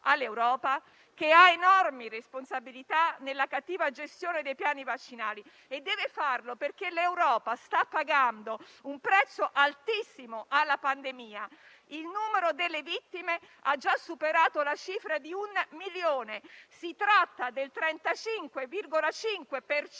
all'Europa che ha enormi responsabilità nella cattiva gestione dei piani vaccinali e deve farlo, perché l'Europa sta pagando un prezzo altissimo alla pandemia. Il numero delle vittime ha già superato la cifra di un milione: si tratta del 35,5